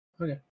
Okay